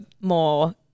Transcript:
more –